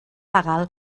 legal